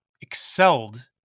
excelled